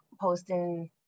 posting